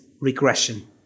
regression